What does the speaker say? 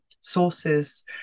sources